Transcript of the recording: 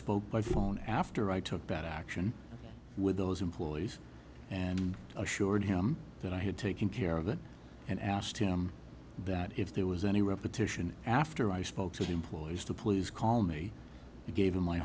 spoke by phone after i took that action with those employees and assured him that i had taken care of that and asked him that if there was any repetition after i spoke to the employees to please call me i gave him my